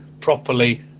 properly